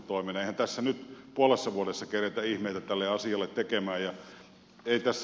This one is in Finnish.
eihän tässä nyt puolessa vuodessa keretä ihmeitä tälle asialle tekemään